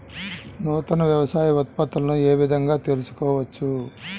నూతన వ్యవసాయ ఉత్పత్తులను ఏ విధంగా తెలుసుకోవచ్చు?